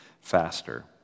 faster